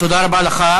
תודה רבה לך.